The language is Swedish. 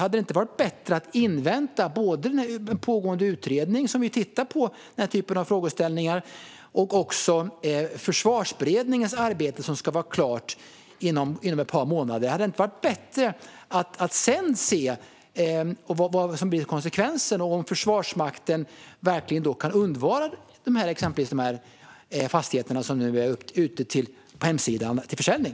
Hade det inte varit bättre att invänta den pågående utredning som tittar på frågor som dessa liksom Försvarsberedningens arbete som ska vara klart inom ett par månader? Hade det inte varit bättre att se vad som hade blivit konsekvensen av det och om Försvarsmakten verkligen kan undvara de fastigheter som nu är ute på hemsidan för försäljning?